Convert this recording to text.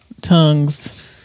tongues